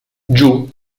giù